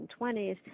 1920s